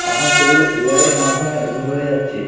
এখন সেগুলো এআইয়ের মাধ্যমে হয়ে যাচ্ছে